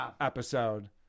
episode